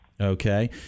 Okay